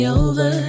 over